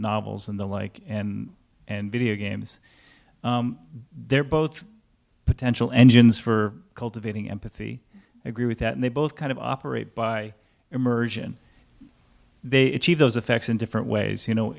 novels and the like and and video games they're both potential engines for cultivating empathy agree with that and they both kind of operate by immersion they achieve those effects in different ways you